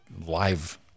live